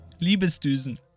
Liebesdüsen